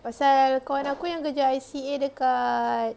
pasal kawan aku yang kerja I_C_A dekat